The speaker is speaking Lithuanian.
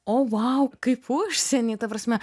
o vau kaip užsieny ta prasme